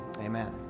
amen